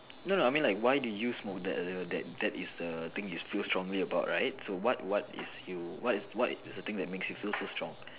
no no I mean like why do you smoke that that is the thing you feel strongly about right what what is you what is the thing that makes you feel so strong